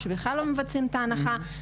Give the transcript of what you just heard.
או שבכלל לא מבצעים את ההנחה,